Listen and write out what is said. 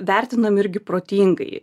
vertinam irgi protingai